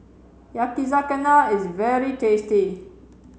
Yakizakana is very tasty